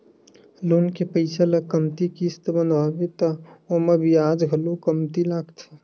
loan के पइसा ल कमती किस्त बंधवाबे त ओमा बियाज घलो कमती लागथे